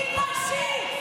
תתביישי.